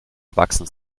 erwachsen